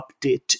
update